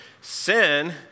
sin